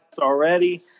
already